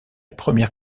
première